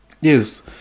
yes